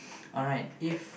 alright if